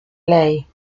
ley